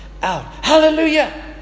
Hallelujah